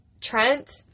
Trent